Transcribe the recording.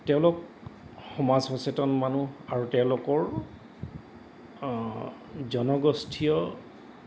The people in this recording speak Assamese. তেওঁলোক সমাজ সচেতন মানুহ আৰু তেওঁলোকৰ জনগোষ্ঠীয়